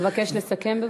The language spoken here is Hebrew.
אבקש לסכם.